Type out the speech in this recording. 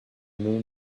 moon